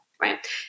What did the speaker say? right